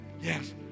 Yes